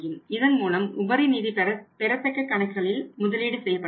இதன் மூலம் உபரி நிதி பெறத்தக்க கணக்குகளில் முதலீடு செய்யப்பட்டுள்ளது